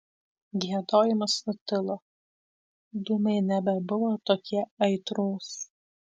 giedojimas nutilo dūmai nebebuvo tokie aitrūs